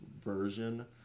version